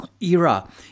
era